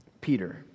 Peter